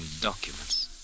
documents